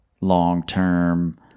long-term